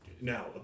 Now